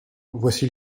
voici